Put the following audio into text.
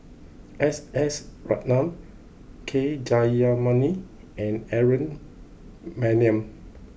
S S Ratnam K Jayamani and Aaron Maniam